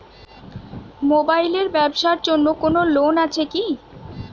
Mobile এর ব্যাবসার জন্য কোন লোন আছে কি?